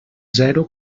zero